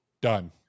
done